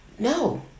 no